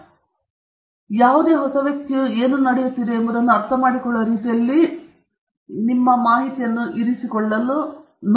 ಓದುವ ಯಾವುದೇ ಹೊಸ ವ್ಯಕ್ತಿಯು ಇಲ್ಲಿ ಏನು ನಡೆಯುತ್ತಿದೆ ಎಂಬುದನ್ನು ಅರ್ಥಮಾಡಿಕೊಳ್ಳುವ ರೀತಿಯಲ್ಲಿ ಅದನ್ನು ಇರಿಸಿಕೊಳ್ಳಲು ಸಹಾಯ ಮಾಡುತ್ತದೆ